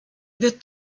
wird